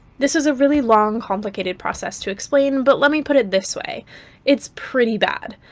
this is a really long, complicated process to explain, but let me put it this way its pretty bad.